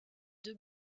deux